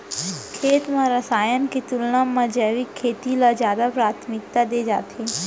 खेत मा रसायन के तुलना मा जैविक खेती ला जादा प्राथमिकता दे जाथे